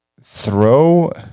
throw